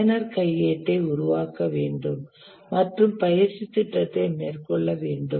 பயனர் கையேட்டை உருவாக்க வேண்டும் மற்றும் பயிற்சி திட்டத்தை மேற்கொள்ள வேண்டும்